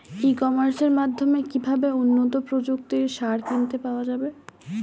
ই কমার্সের মাধ্যমে কিভাবে উন্নত প্রযুক্তির সার কিনতে পাওয়া যাবে?